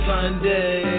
Sunday